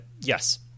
Yes